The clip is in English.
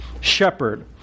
shepherd